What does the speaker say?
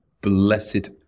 blessed